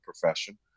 profession